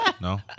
No